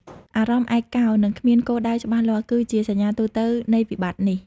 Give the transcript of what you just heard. អារម្មណ៍ឯកោ និងគ្មានគោលដៅច្បាស់លាស់ គឺជាសញ្ញាទូទៅនៃវិបត្តិនេះ។